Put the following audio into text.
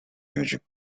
music